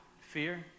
fear